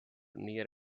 near